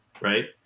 right